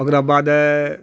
ओकरा बादे